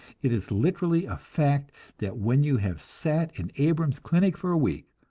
it is literally a fact that when you have sat in abrams' clinic for a week,